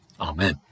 Amen